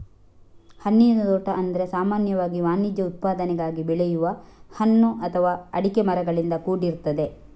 ಹಣ್ಣಿನ ತೋಟ ಅಂದ್ರೆ ಸಾಮಾನ್ಯವಾಗಿ ವಾಣಿಜ್ಯ ಉತ್ಪಾದನೆಗಾಗಿ ಬೆಳೆಯುವ ಹಣ್ಣು ಅಥವಾ ಅಡಿಕೆ ಮರಗಳಿಂದ ಕೂಡಿರ್ತದೆ